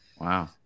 Wow